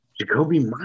Jacoby